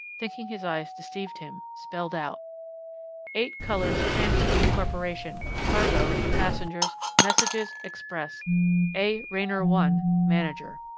thinking his eyes deceived him spelled out eight colors transshipping corporation cargo, passengers, messages, express a. raynor one, manager